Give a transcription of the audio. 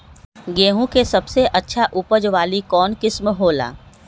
गेंहू के सबसे अच्छा उपज वाली कौन किस्म हो ला?